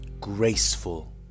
graceful